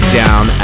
down